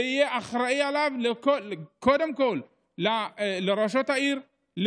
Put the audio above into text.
ויהיו אחראים לו קודם כול ראשת העיר,